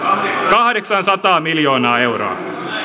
kahdeksansataa miljoonaa euroa